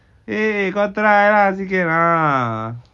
eh eh kau try lah sikit ah